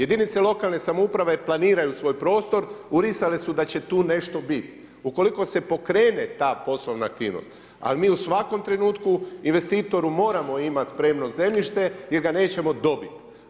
Jedinice lokalne samouprave planiraju svoj prostor, urisale su da će tu nešto bit u koliko se pokrene ta poslovna aktivnost, ali mi u svakom trenutku investitoru moramo imati spremno zemljište jer ga nećemo dobiti.